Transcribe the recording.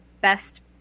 best